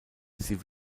sie